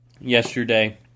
Yesterday